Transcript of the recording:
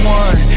one